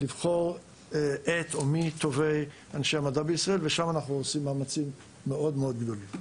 לבחור את טובי המדע בישראל ושם אנחנו עושים מאמצים מאוד גדולים.